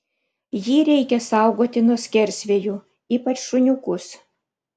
jį reikia saugoti nuo skersvėjų ypač šuniukus